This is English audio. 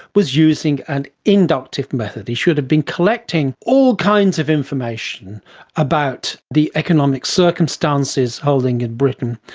was using an inductive method. he should have been collecting all kinds of information about the economic circumstances holding in britain.